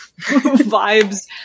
vibes